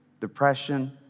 depression